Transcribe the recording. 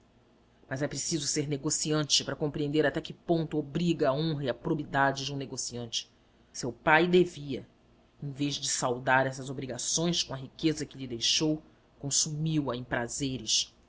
mas é preciso ser negociante para compreender até que ponto obriga a honra e a probidade de um negociante seu pai devia em vez de saldar essas obrigações com a riqueza que lhe deixou consumiu a em prazeres